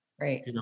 Right